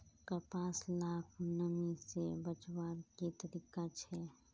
कपास लाक नमी से बचवार की तरीका छे?